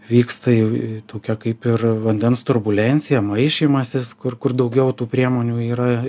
vyksta jau tokia kaip ir vandens turbulencija maišymasis kur kur daugiau tų priemonių yra